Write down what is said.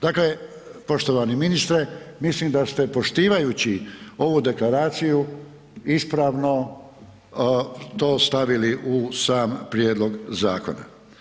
Dakle, poštovani ministre, mislim da ste poštivajući ovu Deklaraciju ispravno to stavili u sam prijedlog zakona.